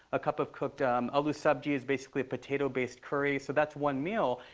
a cup of cooked ah um aloo sabji is basically a potato-based curry. so that's one meal.